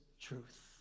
truth